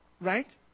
Right